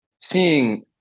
seeing